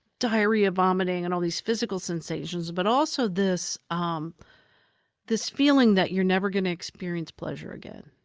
diarrhea, vomiting and all these physical sensations, but also this um this feeling that you're never going to experience pleasure again,